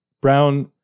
Brown